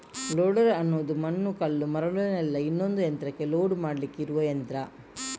loader ಅನ್ನುದು ಮಣ್ಣು, ಕಲ್ಲು, ಮರಳನ್ನೆಲ್ಲ ಇನ್ನೊಂದು ಯಂತ್ರಕ್ಕೆ ಲೋಡ್ ಮಾಡ್ಲಿಕ್ಕೆ ಇರುವ ಯಂತ್ರ